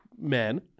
men